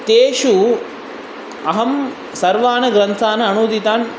तेषु अहं सर्वान् ग्रन्थान् अनुदितान्